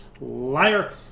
Liar